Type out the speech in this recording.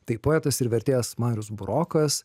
tai poetas ir vertėjas marius burokas